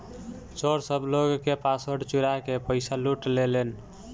चोर सब लोग के पासवर्ड चुरा के पईसा लूट लेलेन